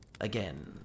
again